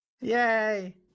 Yay